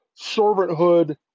servanthood